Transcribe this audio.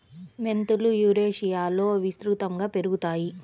మెంతులు యురేషియాలో విస్తృతంగా పెరుగుతాయి